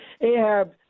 ahab